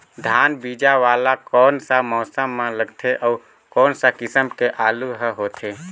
धान बीजा वाला कोन सा मौसम म लगथे अउ कोन सा किसम के आलू हर होथे?